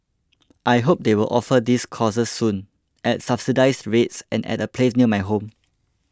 I hope they will offer these courses soon at subsidised rates and at a place near my home